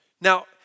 Now